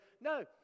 No